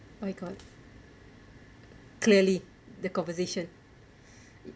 oh my god clearly the conversation